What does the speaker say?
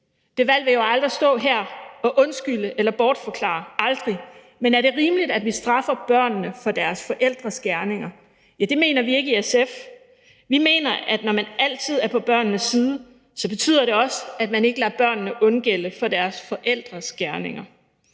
dødskult vil jeg aldrig stå her og undskylde eller bortforklare, aldrig, men er det rimeligt, at vi straffer børnene for deres forældres gerninger? Det mener vi ikke i SF. Vi mener, at når man altid er på børnenes side, betyder det også, at man ikke lader børnene undgælde for deres forældres gerninger.